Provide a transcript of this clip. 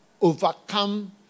overcome